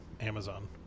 Amazon